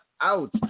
out